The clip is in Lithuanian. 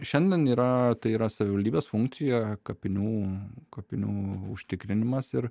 šiandien yra tai yra savivaldybės funkcija kapinių kapinių užtikrinimas ir